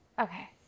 Okay